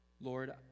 Lord